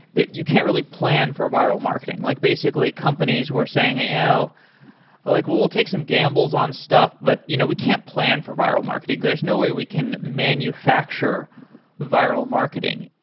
that you can't really plan for viral marketing. like basically, companies were saying, ah you know like we'll we'll take some gambles on stuff, but you know we can't plan for viral marketing. there's no way we can manufacture viral marketing.